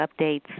updates